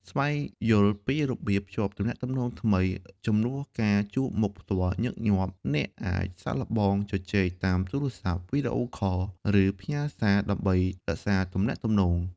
ស្វែងយល់ពីរបៀបភ្ជាប់ទំនាក់ទំនងថ្មី ជំនួសការជួបមុខផ្ទាល់ញឹកញាប់ អ្នកអាចសាកល្បងជជែកតាមទូរស័ព្ទ វីដេអូខល ឬផ្ញើសារ ដើម្បីរក្សាទំនាក់ទំនង។